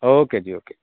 okay जी okay